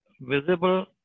visible